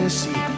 see